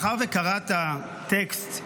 מאחר שקראת טקסט,